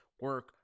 Work